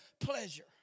pleasure